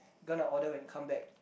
gonna order when he come back